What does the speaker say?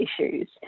issues